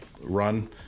run